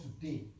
today